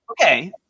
Okay